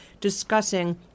discussing